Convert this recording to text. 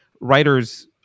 writers